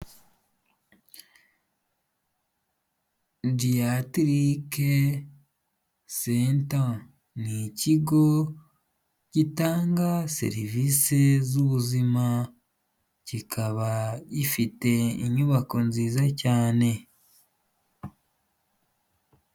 Geriatric centre n’ikigo gitanga serivisi z’ubuzima, kikaba gifite inyubako nziza cyane.